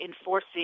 enforcing